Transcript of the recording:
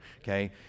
okay